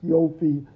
Yofi